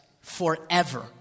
forever